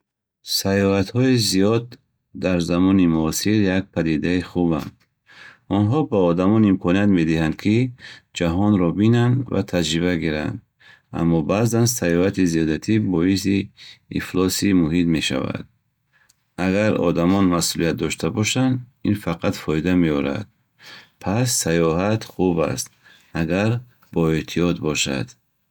Саёҳатҳои зиёд дар замони муосир як падидаи хубанд. Онҳо ба одамон имконият медиҳанд, ки ҷаҳонро бинанд ва таҷриба гиранд. Аммо баъзан саёҳати зиёдатӣ боиси ифлоси муҳит мешавад. Агар одамон масъулият дошта бошанд, ин фақат фоида меорад. Пас, саёҳат хуб аст, агар бо эҳтиёт бошад.